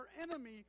enemy